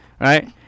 right